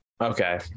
Okay